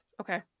okay